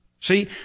See